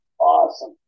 Awesome